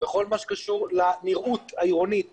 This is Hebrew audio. בכל מה שקשור לנראות העירונית